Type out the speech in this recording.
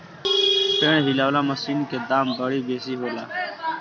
पेड़ हिलौना मशीन के दाम बड़ी बेसी होला